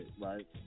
right